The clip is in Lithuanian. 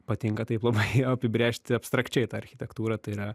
patinka taip labai apibrėžti abstrakčiai tą architektūrą tai yra